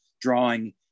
drawing